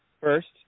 first